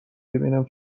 ببینم